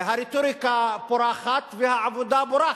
הרטוריקה פורחת והעבודה בורחת.